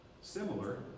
similar